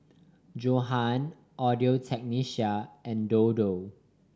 Johan Audio Technica and Dodo